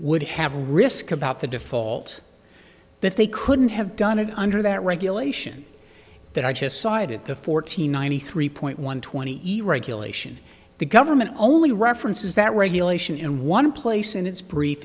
would have a risk about the default but they couldn't have done it under that regulation that i just cited the fourteen ninety three point one twenty eat regulation the government only references that regulation in one place in its br